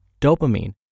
dopamine